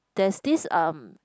there's this um